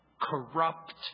corrupt